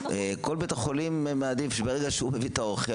כל בית חולים מעדיף שברגע שהוא מביא את האוכל,